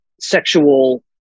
sexual